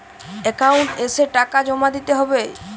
Account এসে টাকা জমা দিতে হবে?